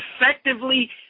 effectively